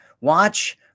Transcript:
watch